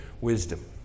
wisdom